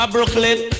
Brooklyn